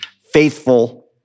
faithful